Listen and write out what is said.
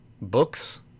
books